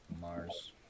Mars